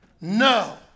No